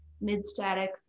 mid-static